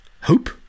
Hope